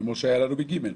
כפי שהיה לנו ב-(ג).